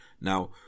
now